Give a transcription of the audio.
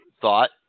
thought